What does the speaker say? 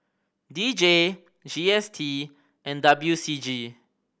D J G S T and W C G